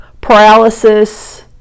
paralysis